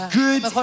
good